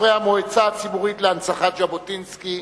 חברי המועצה הציבורית להנצחת זכרו